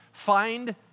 Find